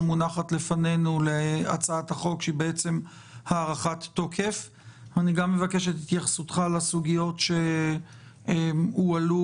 להתייחס להארכת התוקף ולסוגיות שהועלו